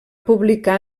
publicar